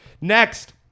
next